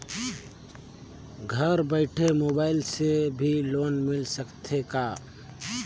घर बइठे मोबाईल से भी लोन मिल सकथे का?